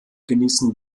genießen